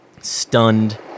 stunned